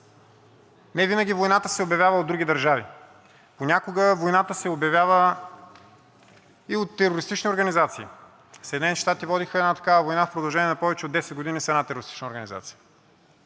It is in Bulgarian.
Невинаги войната се обявява от други държави. Понякога войната се обявява и от терористични организации – Съединените щати водиха една такава война в продължение на повече от 10 години с една терористична организация.